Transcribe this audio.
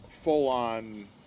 full-on